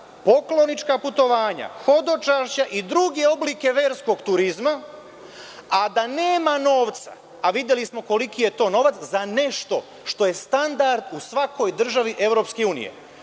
poklonička putovanja, hodočašća i druge oblike verskog turizma, a da nema novca, videli smo koliki je to novac, za nešto što je standard u svakoj državi